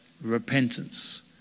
Repentance